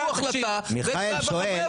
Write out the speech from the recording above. זו ההחלטה --- יואב,